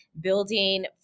building